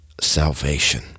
salvation